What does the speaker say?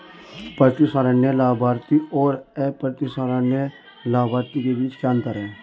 प्रतिसंहरणीय लाभार्थी और अप्रतिसंहरणीय लाभार्थी के बीच क्या अंतर है?